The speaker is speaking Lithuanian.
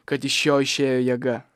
kad iš jo išėjo jėga